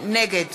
נגד